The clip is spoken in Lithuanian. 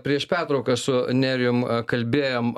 prieš pertrauką su nerijum kalbėjom